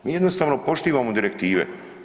Mi jednostavno poštivamo direktive.